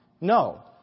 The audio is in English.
No